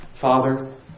Father